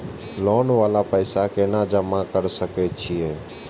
Loan वाला पैसा केना जमा कर सके छीये?